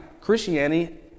Christianity